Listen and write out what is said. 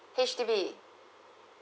H_D_B